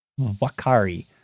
Wakari